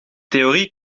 theorie